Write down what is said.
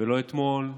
ולא אתמול,